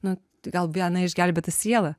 nu tai gal viena išgelbėta siela